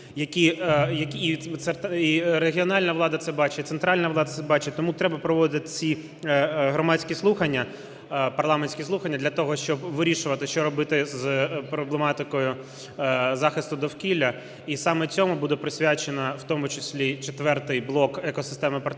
І регіональна влада це бачить, центральна влада це бачить. Тому треба проводити ці громадські слухання, парламентські слухання для того, щоб вирішувати, що робити з проблематикою захисту довкілля. І саме цьому буде присвячений в тому числі четвертий блок екосистеми партнерства